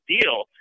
deal